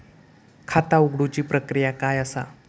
खाता उघडुची प्रक्रिया काय असा?